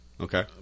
Okay